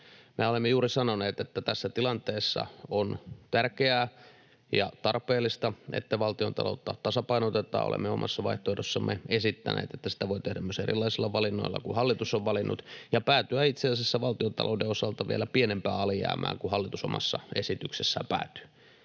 olemme juuri sanoneet, että tässä tilanteessa on tärkeää ja tarpeellista, että valtiontaloutta tasapainotetaan. Olemme omassa vaihtoehdossamme esittäneet, että sitä voi tehdä myös erilaisilla valinnoilla kuin hallitus on valinnut, ja päätyä itse asiassa valtiontalouden osalta vielä pienempään alijäämään kuin hallitus omassa esityksessään päätyy.